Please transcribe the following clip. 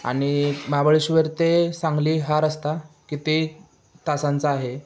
आणि महाबळेश्वर ते सांगली हा रस्ता किती तासांचा आहे